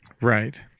Right